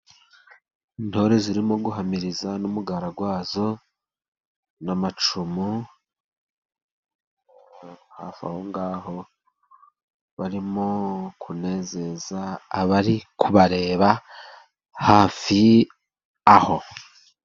Intore zirimo guhamiriza n'umugara wa zo n'amacumu, aho ngaho barimo kunezeza abari kubareba hafi aho.